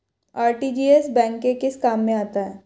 RTGS bank के किस काम में आता है?